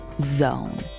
zone